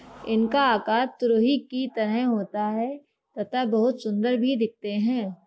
इनका आकार तुरही की तरह होता है तथा बहुत सुंदर भी दिखते है